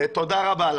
תודה רבה.